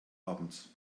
abends